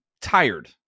tired